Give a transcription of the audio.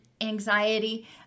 anxiety